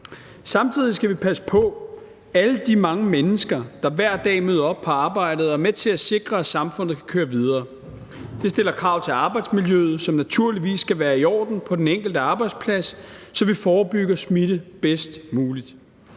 Samtidig skal vi passe på alle de mange mennesker, der hver dag møder på arbejde og er med til at sikre, at samfundet kan køre videre. Det stiller krav til arbejdsmiljøet, som naturligvis skal være i orden på den enkelte arbejdsplads, så vi forebygger smitte bedst muligt.